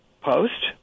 post